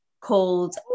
called